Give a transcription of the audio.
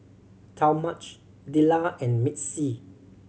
Talmadge Lilah and Misti